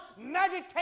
meditate